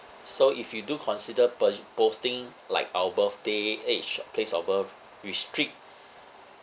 so if you do consider pos~ posting like our birthday age place of birth restrict